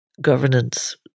governance